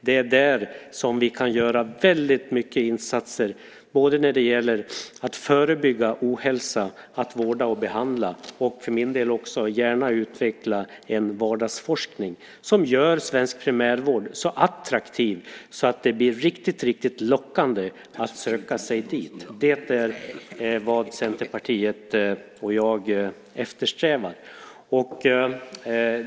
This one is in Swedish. Det är där som vi kan göra väldigt mycket insatser både när det gäller att förebygga ohälsa och när det gäller att vårda och behandla, för min del också gärna utveckla en vardagsforskning som gör svensk primärvård så attraktiv att det blir riktigt lockande att söka sig dit. Det är vad Centerpartiet och jag eftersträvar.